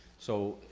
so,